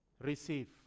receive